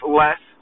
less